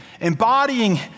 embodying